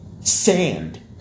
Sand